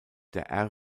der